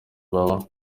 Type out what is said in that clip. baba